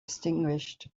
extinguished